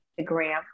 Instagram